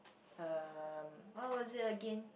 um what was it again